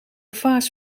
vaas